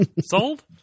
Sold